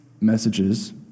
messages